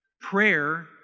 Prayer